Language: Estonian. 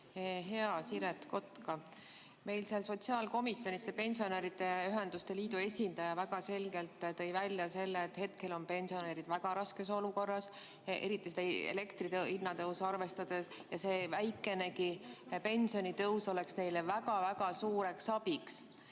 Hea Siret Kotka! Meil sotsiaalkomisjonis pensionäride ühenduste liidu esindaja väga selgelt tõi välja selle, et hetkel on pensionärid väga raskes olukorras, eriti arvestades elektri hinna tõusu, ja väikenegi pensionitõus oleks neile väga-väga suureks abiks.